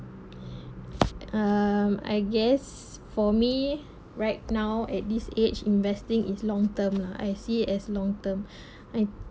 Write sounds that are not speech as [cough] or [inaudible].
um I guess for me right now at this age investing is long term lah I see as long term [breath] I